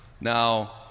Now